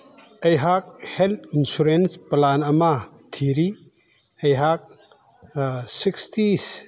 ꯑꯩꯍꯥꯛ health insurance plan ꯑꯃ three ꯑꯩꯍꯥꯛ ꯁꯤꯛꯁꯇꯤꯁ